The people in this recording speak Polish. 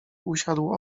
usiadł